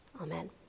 Amen